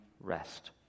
rest